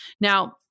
Now